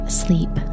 sleep